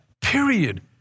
Period